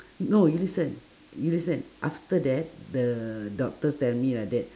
no you listen you listen after that the doctors tell me like that